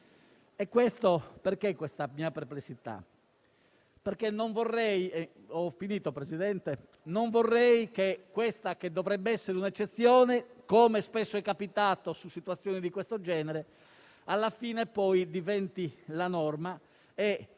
Perché questa mia perplessità? Perché non vorrei che questa, che dovrebbe essere un'eccezione, come spesso è capitato in situazioni di questo genere, alla fine poi diventi la norma e